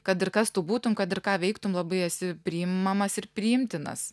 kad ir kas tu būtum kad ir ką veiktum labai esi priimamas ir priimtinas